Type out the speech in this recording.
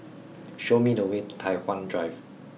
show me the way to Tai Hwan Drive